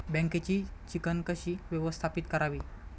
बँकेची चिकण कशी व्यवस्थापित करावी?